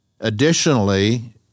additionally